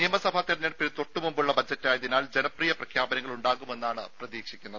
നിയമസഭാ തിരഞ്ഞെടുപ്പിന് തൊട്ടു മുമ്പുള്ള ബജറ്റായതിനാൽ ജനപ്രിയ പ്രഖ്യാപനങ്ങൾ ഉണ്ടാകുമെന്നാണ് പ്രതീക്ഷിക്കുന്നത്